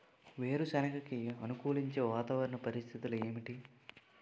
వేరుసెనగ కి అనుకూలించే వాతావరణ పరిస్థితులు ఏమిటి?